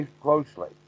closely